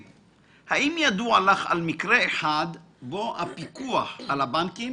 האם ידוע לך על מקרה אחד בו הפיקוח על הבנקים